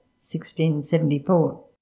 1674